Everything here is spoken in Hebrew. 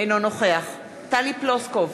אינו נוכח טלי פלוסקוב,